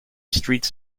streets